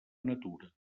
natura